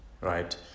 right